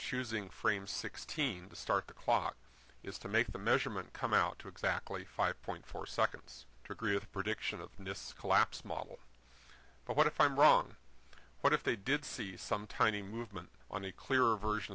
choosing frame sixteen to start the clock is to make the measurement come out to exactly five point four seconds to agree with prediction of miss collapse model but what if i'm wrong but if they did see some tiny movement on a clearer version